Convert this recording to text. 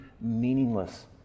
meaningless